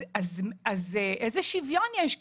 אז איזה שוויון יש כאן?